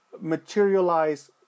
materialize